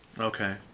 Okay